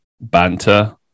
banter